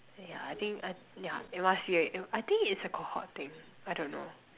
yeah I think uh yeah it must be a I think it's a cohort thing I don't know